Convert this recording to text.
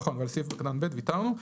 נכון על סעיף קטן (ב) ויתרנו.